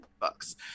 books